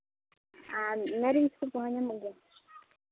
ᱟᱨ Marie biscuit ᱠᱚᱦᱚᱸ ᱧᱟᱢᱚᱜ ᱜᱮᱭᱟ